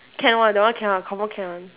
can one that one can one confirm can one